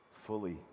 fully